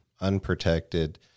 unprotected